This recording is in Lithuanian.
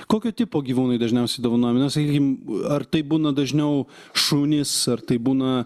kokio tipo gyvūnai dažniausiai dovanojami na sakykim ar tai būna dažniau šunys ar tai būna